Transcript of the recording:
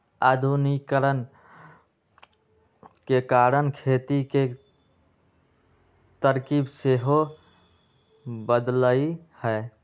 आधुनिकीकरण के कारण खेती के तरकिब सेहो बदललइ ह